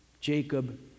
Jacob